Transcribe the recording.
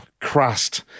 crust